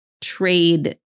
trade